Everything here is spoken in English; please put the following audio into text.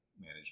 manage